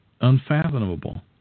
unfathomable